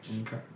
Okay